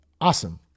awesome